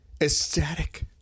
ecstatic